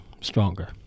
stronger